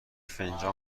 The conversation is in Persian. فنجان